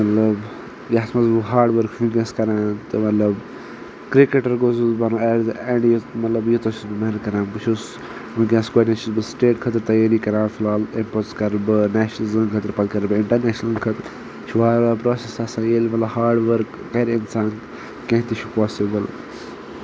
مطلب یتھ منٛز بہٕ ہاڈؤرٕک چھُس وٕنٛکیٚنس کران تہٕ مطلب کرکیٹر گوٚژھس بہٕ بنُن ایٹلیٖسٹ مطلب ییٖژاہ چھُس بہٕ محنت کران بہٕ چھُس وٕنٛکیٚنس گۄڈنیٚتھ چھُس بہٕ سٹیٹ خٲطرٕ تیٲری کران فلحال یِم پوٚتُس کرٕ بہٕ نیشنلٕز خٲطرٕ پتہٕ کرٕ بہٕ انٹرنیشنَلن خٲطرٕ یہِ چھُ وارٕ وارٕ پراسیس آسان ییٚلہِ مطلب ہاڈؤرٕک کرِ انٛسان کینہہ تہِ چھُ پاسبٕل